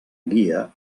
guia